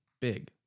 big